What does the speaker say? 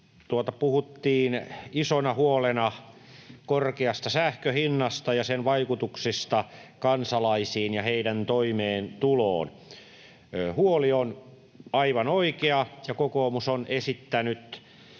puhuttiin isona huolena korkeasta sähkön hinnasta ja sen vaikutuksista kansalaisiin ja heidän toimeentuloonsa. Huoli on aivan oikea, ja kokoomus on esittänyt